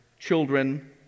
Children